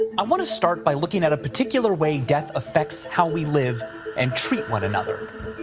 i wanna start by looking at a particular way death affects how we live and treat one another.